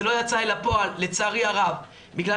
זה לא יצא אל הפועל לצערי הרב ב גלל